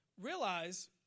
Realize